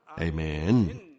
Amen